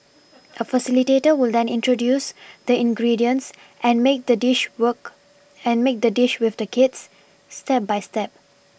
a facilitator will then introduce the ingredients and make the dish work and make the dish with the kids step by step